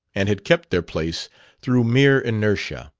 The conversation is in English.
and had kept their place through mere inertia